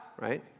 right